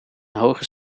hoge